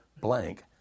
blank